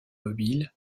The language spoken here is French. mobiles